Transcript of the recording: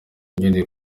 ugendeye